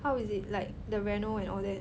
how is it like the reno and all that